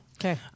Okay